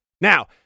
Now